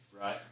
Right